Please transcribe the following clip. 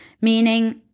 meaning